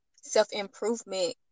self-improvement